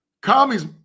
Commies